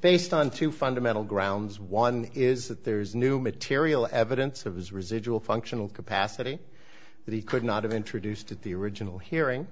based on two fundamental grounds one is that there is new material evidence of his residual functional capacity that he could not have introduced at the original hearing